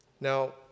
Now